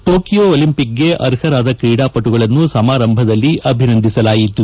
Tokyo Olympics ಗೆ ಅರ್ಹರಾದ ತ್ರೀಡಾಪಟುಗಳನ್ನು ಸಮಾರಂಭದಲ್ಲಿ ಅಭಿನಂದಿಸಲಾಯಿತು